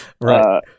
Right